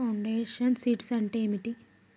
Foundation seeds అంటే ఏంటి?